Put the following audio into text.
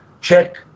check